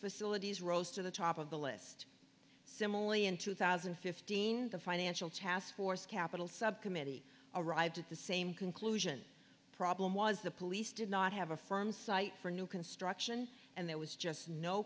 facilities rose to the top of the list similarly in two thousand and fifteen the financial task force capital subcommittee arrived at the same conclusion problem was the police did not have a firm site for new construction and there was just no